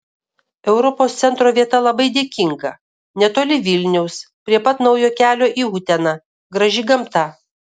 europos centro vieta labai dėkinga netoli vilniaus prie pat naujo kelio į uteną graži gamta